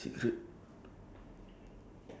ya I see how ah later